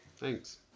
Thanks